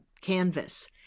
canvas